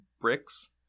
bricks